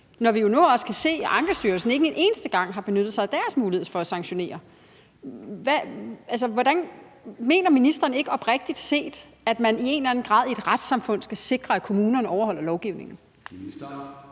når vi nu også kan se, at de i Ankestyrelsen ikke en eneste gang har benyttet sig af deres mulighed for at sanktionere. Mener ministeren ikke oprigtig talt, at man i en eller anden grad i et retssamfund skal sikre, at kommunerne overholder lovgivningen?